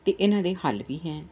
ਅਤੇ ਇਹਨਾਂ ਦੇ ਹੱਲ ਵੀ ਹੈ